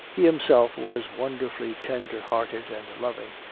he himself was wonderfully tender hearted and loving,